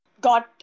got